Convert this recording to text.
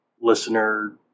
listener